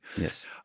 Yes